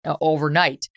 overnight